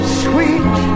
sweet